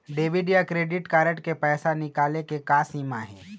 Debit या credit card से पैसा निकाले के का सीमा हे?